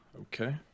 okay